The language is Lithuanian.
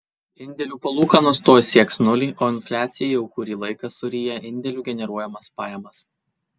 indėlių palūkanos tuoj sieks nulį o infliacija jau kurį laiką suryja indėlių generuojamas pajamas